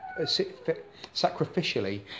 sacrificially